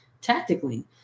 tactically